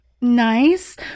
nice